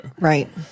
Right